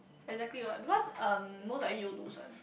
exactly what because um most likely you'll lose one